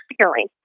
feeling